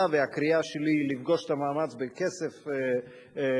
והקריאה שלי לפגוש את המאמץ בכסף מתאים,